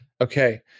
okay